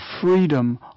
freedom